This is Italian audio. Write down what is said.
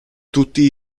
tutti